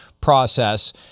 process